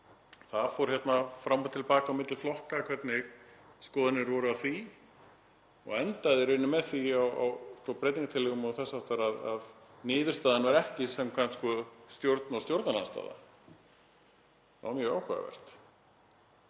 Það fór fram og til baka á milli flokka hvernig skoðanir voru á því og endaði í rauninni með því — og breytingartillögum og þess háttar — að niðurstaðan var ekki samkvæmt stjórn og stjórnarandstöðu. Það var mjög áhugavert